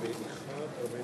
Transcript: בעד